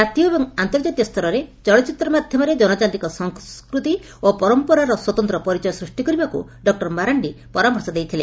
ଜାତୀୟ ଏବଂ ଆର୍ନ୍ତଜାତୀୟସରରେ ଚଳଚିତ୍ର ମାଧ୍ଧମରେ ଜନଜାତିଙ୍କ ସଂସ୍କୃତି ଓ ପରିମ୍ମରାର ସ୍ୱତନ୍ତ ପରିଚୟ ସୃଷି କରିବାକୁ ଡଃ ମାରାଣ୍ଡି ପରାମର୍ଶ ଦେଇଥିଲେ